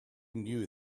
knew